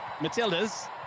Matilda's